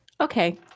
Okay